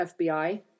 FBI